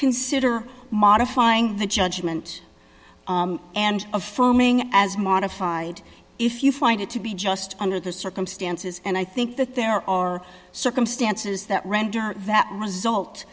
consider modifying the judgment and affirming as modified if you find it to be just under the circumstances and i think that there are circumstances that render that res